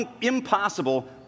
impossible